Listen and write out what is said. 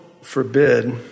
forbid